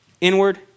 inward